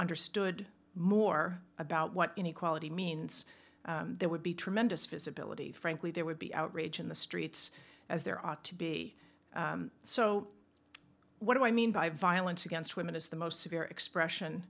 understood more about what inequality means there would be tremendous visibility frankly there would be outrage in the streets as there ought to be so what do i mean by violence against women is the most severe expression